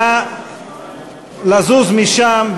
נא לזוז משם.